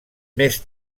més